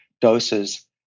doses